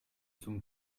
zum